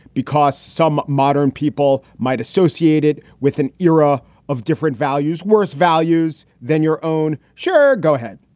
because some modern people might associated with an era of different values, worse values than your own. sure. go ahead.